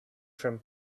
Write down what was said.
from